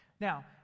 Now